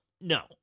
no